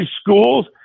schools